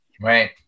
right